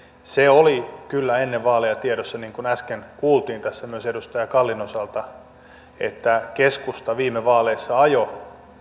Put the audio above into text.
se oli kyllä ennen vaaleja tiedossa niin kuin äsken kuultiin tässä myös edustaja kallin osalta että keskusta viime vaaleissa ajoi